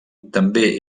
també